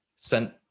sent